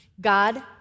God